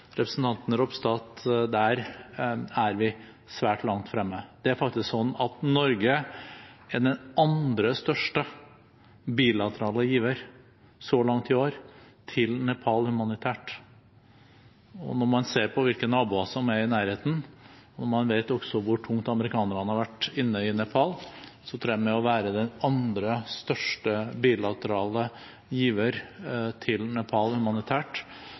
representanten Ropstad om at der er vi svært langt fremme. Det er faktisk sånn at Norge er den andre største bilaterale giveren så langt i år til Nepal humanitært. Når man ser på hvilke naboer som er i nærheten, når man også vet hvor tungt amerikanerne har vært inne i Nepal, tror jeg at vi med å være den andre største bilaterale giveren til Nepal